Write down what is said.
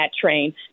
train